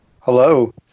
Hello